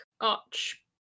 arch